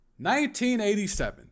1987